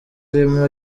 arimo